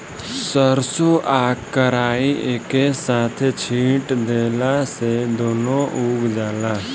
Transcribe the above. सरसों आ कराई एके साथे छींट देला से दूनो उग जाला